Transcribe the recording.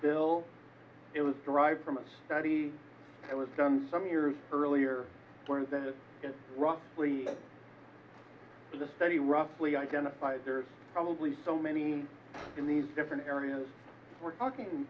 bill it was derived from a study that was done some years earlier where the rock the study roughly identified there's probably so many in these different areas we're talking